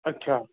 अच्छा